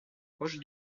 proche